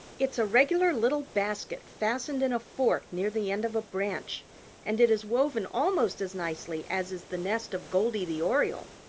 it's a regular little basket fastened in a fork near the end of a branch and it is woven almost as nicely as is the nest of goldy the oriole.